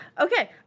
Okay